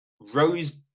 Rose